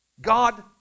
God